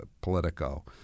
Politico